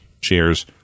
Cheers